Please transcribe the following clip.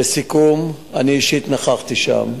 לסיכום, אני אישית נכחתי שם.